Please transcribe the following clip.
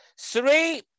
three